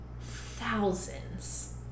thousands